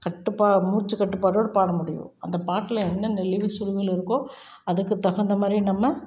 கட்டுப்பா மூச்சுக்கட்டுப்பாடோட பாட முடியும் அந்த பாட்டில என்ன நெளிவு சுளிவுகள் இருக்கோ அதுக்கு தகுந்தமாதிரி நம்ம